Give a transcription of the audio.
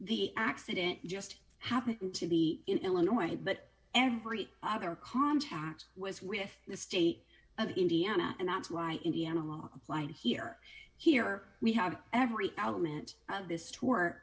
the accident just happened to be in illinois but every other contact was with the state of indiana and that's why indiana law apply here here we have every element of this to